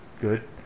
good